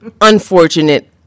unfortunate